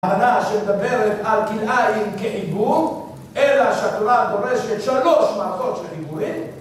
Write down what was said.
אמנה שמדברת על כלאיים כעיבור, אלא שהתורה דורשת שלוש מכות של עיבורים